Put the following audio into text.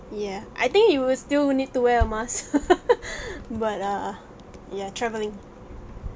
yeah I think you will still need to wear a mask ppb) but uh ya travelling